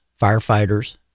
firefighters